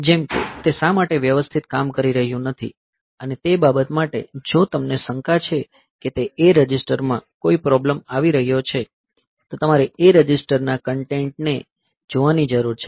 જેમ કે તે શા માટે વ્યવસ્થિત કામ કરી રહ્યું નથી અને તે બાબત માટે જો તમને શંકા છે કે A રજિસ્ટરમાં કોઈ પ્રોબ્લેમ આવી રહ્યો છે તો તમારે A રજિસ્ટરના કન્ટેન્ટ ને જોવાની જરૂર છે